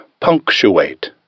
punctuate